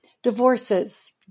divorces